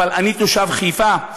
אבל אני תושב חיפה,